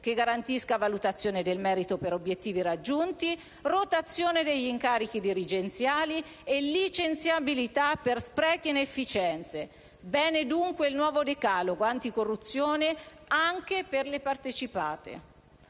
che garantisca valutazione del merito per obiettivi raggiunti, rotazione degli incarichi dirigenziali e licenziabilità per sprechi e inefficienze. Bene dunque il nuovo decalogo anticorruzione anche per le partecipate.